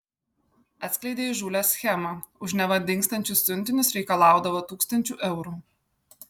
atskleidė įžūlią schemą už neva dingstančius siuntinius reikalaudavo tūkstančių eurų